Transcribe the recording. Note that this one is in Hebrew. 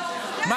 אתה לא צודק.